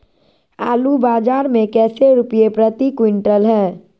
आलू बाजार मे कैसे रुपए प्रति क्विंटल है?